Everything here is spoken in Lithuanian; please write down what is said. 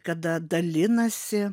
kada dalinasi